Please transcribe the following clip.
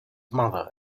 mother